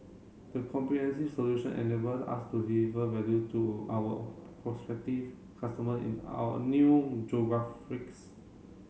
the comprehensive solution enables us to deliver value to our prospective customer in our new